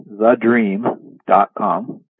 TheDream.com